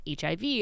HIV